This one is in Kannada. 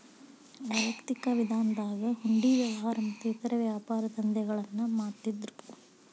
ವೈಯಕ್ತಿಕ ವಿಧಾನದಾಗ ಹುಂಡಿ ವ್ಯವಹಾರ ಮತ್ತ ಇತರೇ ವ್ಯಾಪಾರದಂಧೆಗಳನ್ನ ಮಾಡ್ತಿದ್ದರು